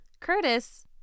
Curtis